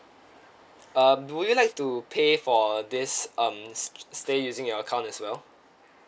uh would you like to pay for this um stay using your account as well